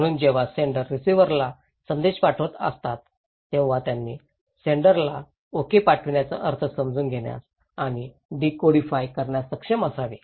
म्हणून जेव्हा सेण्डर रिसीव्हरला संदेश पाठवत असतात तेव्हा त्यांनी सेण्डराने ओके पाठविलेला अर्थ समजून घेण्यास आणि डीकोडिफाय करण्यास सक्षम असावे